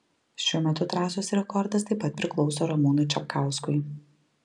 šiuo metu trasos rekordas taip pat priklauso ramūnui čapkauskui